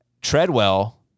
Treadwell